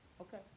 Okay